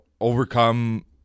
overcome